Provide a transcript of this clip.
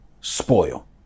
spoil